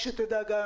גיא,